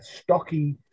stocky